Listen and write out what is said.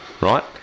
right